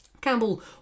Campbell